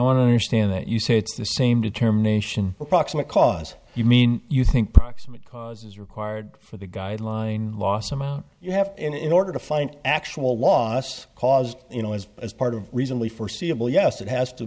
want to understand that you say it's the same determination the proximate cause you mean you think proximate cause is required for the guideline loss amount you have in order to find actual loss caused you know as as part of reasonably foreseeable yes it has to